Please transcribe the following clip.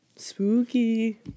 spooky